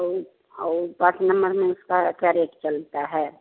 और और पाँच नम्बर में उसका क्या रेट चलता है